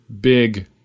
big